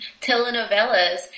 telenovelas